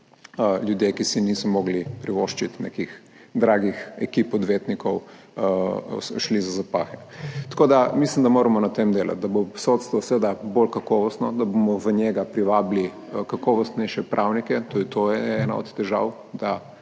ljudje, ki si niso mogli privoščiti nekih dragih ekip, odvetnikov, šli za zapahe. Tako da mislim, da moramo na tem delati, da bo sodstvo seveda bolj kakovostno, da bomo v njega privabili kakovostnejše pravnike, tudi to je ena od težav – da